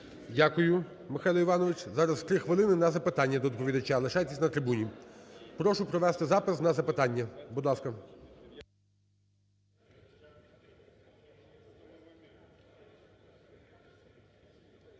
Дякую, Михайло Іванович. Зараз 3 хвилини на запитання до доповідача. Лишайтесь на трибуні. Прошу провести запис на запитання, будь ласка.